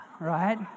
right